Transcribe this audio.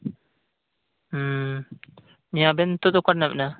ᱦᱩᱸ ᱟᱵᱮᱱ ᱱᱤᱛᱮᱜ ᱫᱚ ᱚᱠᱟᱨᱮ ᱢᱮᱱᱟᱜ ᱵᱮᱱᱟ